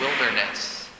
wilderness